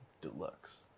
deluxe